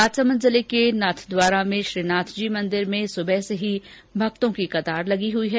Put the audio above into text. राजसमंद जिले के नाथद्वारा में श्रीनाथजी मंदिर में सुबह से ही भक्तों की कतार लगी हुई है